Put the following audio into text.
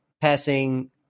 passing